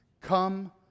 come